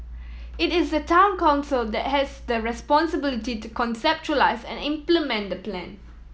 it is the Town Council that has the responsibility to conceptualise and implement the plan